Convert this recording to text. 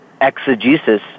exegesis